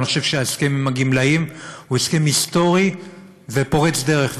אני חושב שההסכם עם הגמלאים הוא הסכם היסטורי ופורץ דרך,